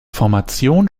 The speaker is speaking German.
formation